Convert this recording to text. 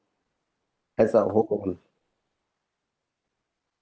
as a whole